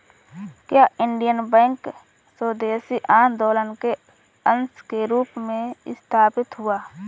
क्या इंडियन बैंक स्वदेशी आंदोलन के अंश के रूप में स्थापित हुआ?